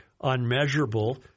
unmeasurable